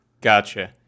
Gotcha